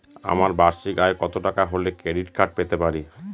আমার বার্ষিক আয় কত টাকা হলে ক্রেডিট কার্ড পেতে পারি?